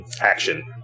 action